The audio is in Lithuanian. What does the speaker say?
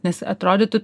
nes atrodytų